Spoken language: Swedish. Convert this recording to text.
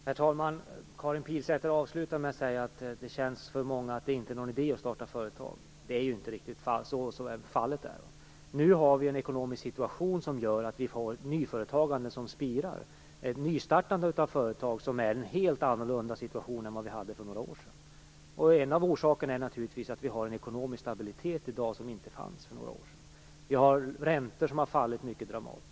Herr talman! Karin Pilsäter avslutar med att säga att det för många känns som att det inte är någon idé att starta företag. Så är ju inte riktigt fallet. Nu har vi en ekonomisk situation som gör att vi har ett nyföretagande som spirar, ett nystartande av företag som är helt annorlunda än för några år sedan. En av orsakerna är naturligtvis att vi i dag har en ekonomisk stabilitet som inte fanns för några år sedan. Räntorna har fallit mycket dramatiskt.